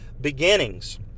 beginnings